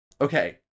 Okay